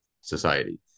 society